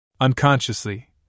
Unconsciously